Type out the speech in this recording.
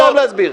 תן להם להסביר.